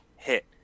Hit